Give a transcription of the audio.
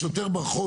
השוטר ברחוב,